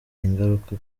ingaruka